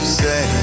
say